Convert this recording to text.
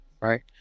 right